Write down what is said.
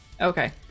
Okay